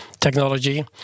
technology